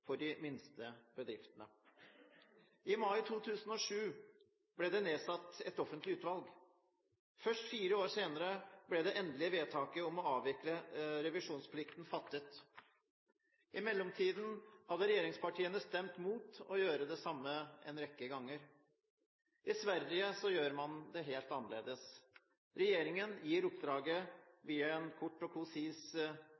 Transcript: for de minste bedriftene. I mai 2007 ble det nedsatt et offentlig utvalg. Først fire år senere ble det endelige vedtaket om å avvikle revisjonsplikten fattet. I mellomtiden hadde regjeringspartiene stemt mot å gjøre det samme en rekke ganger. I Sverige gjør man det helt annerledes. Regjeringen gir